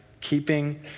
keeping